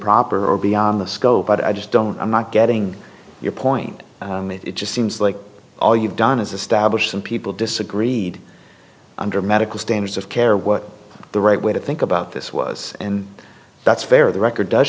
improper or beyond the scope but i just don't i'm not getting your point it just seems like all you've done is establish some people disagreed under medical standards of care what the right way to think about this was and that's fair the record does